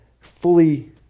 fully